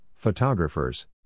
photographers